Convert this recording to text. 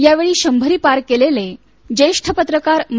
यावेळी शंभरी पार केलेले ज्येष्ठ पत्रकार मा